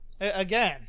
again